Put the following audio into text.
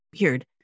weird